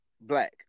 black